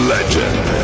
Legend